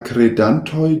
kredantoj